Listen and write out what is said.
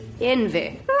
envy